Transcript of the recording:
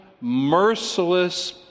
merciless